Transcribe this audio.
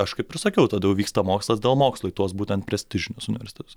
aš kaip ir sakiau tada jau vyksta mokslas mokslui tuos būtent prestižinius universitetus